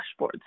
dashboards